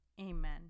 amen